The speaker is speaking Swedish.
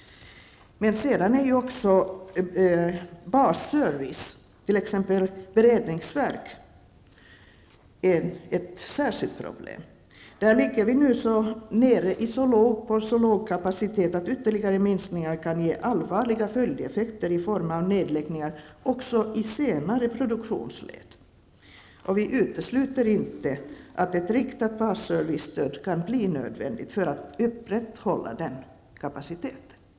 Även basservice, t.ex. beredningsverk, utgör ett särskilt problem. Beträffande denna befinner man sig nu på en så låg kapacitet att ytterligare minskningar kan ge allvarliga följdeffekter i form av nedläggningar också i senare produktionsled. Och vi utesluter inte att ett riktat basservicestöd kan bli nödvändigt för att upprätthålla kapaciteten.